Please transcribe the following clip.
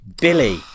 Billy